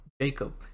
Jacob